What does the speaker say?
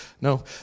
No